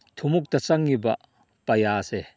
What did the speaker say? ꯊꯨꯝꯃꯣꯛꯇ ꯆꯪꯂꯤꯕ ꯄꯩꯌꯥꯁꯦ